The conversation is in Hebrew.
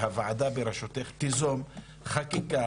והוועדה בראשותך תיזום חקיקה